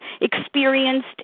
experienced